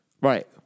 Right